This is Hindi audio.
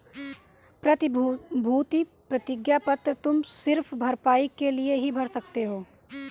प्रतिभूति प्रतिज्ञा पत्र तुम सिर्फ भरपाई के लिए ही भर सकते हो